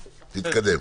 תתקדם.